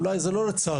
אולי זה לא לצערי,